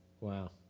Wow